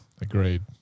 Agreed